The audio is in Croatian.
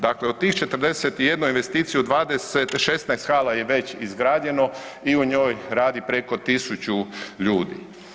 Dakle u tih 41 investiciju, 16 hala je već izgrađeno i u njoj radi preko 1000 ljudi.